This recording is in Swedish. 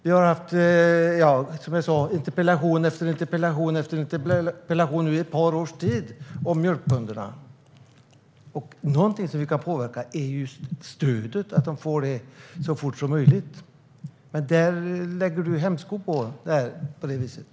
Vi har haft interpellation efter interpellation i ett par års tid om mjölkbönderna, och något vi kan påverka är att de får sitt stöd så fort som möjligt. Men nu lägger du hämsko på det, Lars Tysklind.